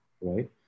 right